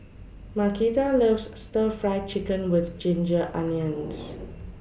Markita loves Stir Fry Chicken with Ginger Onions